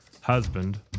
husband